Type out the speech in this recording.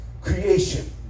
creation